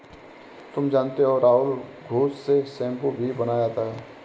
तुम जानते हो राहुल घुस से शैंपू भी बनाया जाता हैं